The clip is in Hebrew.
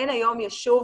אין היום יישוב,